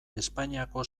espainiako